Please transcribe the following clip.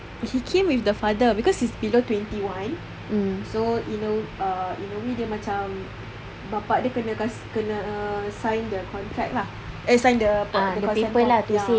he came with the father because he's below twenty one so you know in a way dia macam bapa dia kena sign the contract lah eh sign the paper ya